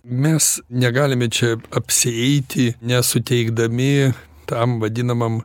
mes negalime čia apsieiti nesuteikdami tam vadinamam